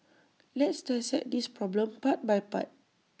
let's dissect this problem part by part